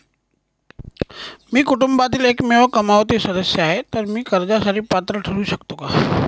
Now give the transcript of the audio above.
मी कुटुंबातील एकमेव कमावती सदस्य आहे, तर मी कर्जासाठी पात्र ठरु शकतो का?